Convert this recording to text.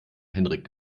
henrik